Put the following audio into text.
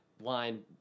line